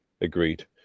agreed